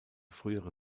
frühere